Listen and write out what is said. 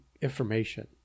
information